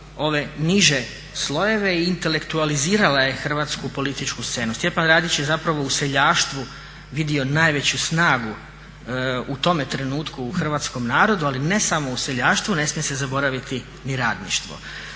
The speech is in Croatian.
ove niže slojeve i intelektualizirala je hrvatsku političku scenu. Stjepan Radić je u seljaštvu vidio najveću snagu u tome trenutku u hrvatskom narodu, ali ne samo u seljaštvu, ne smije se zaboraviti ni radništvo.